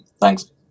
Thanks